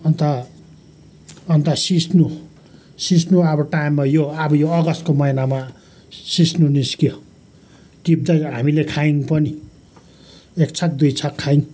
अन्त अन्त सिस्नु सिस्नु अब यो टाइममा हो यो अब यो अगस्टको महिनामा सिस्नु निस्क्यो टिप्दै हामीले खायौँ पनि एक छाक दुई छाक खायौँ